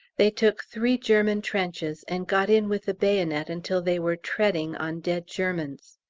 they took three german trenches, and got in with the bayonet until they were treading on dead germans!